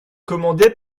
commandé